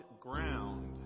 ground